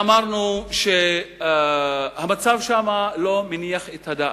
ואמרנו שהמצב שם לא מניח את הדעת.